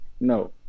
No